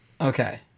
Okay